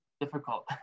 difficult